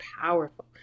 powerful